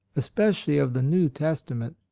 especially of the new testament.